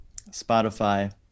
Spotify